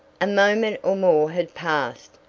a moment or more had passed,